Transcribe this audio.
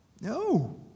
No